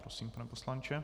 Prosím, pane poslanče.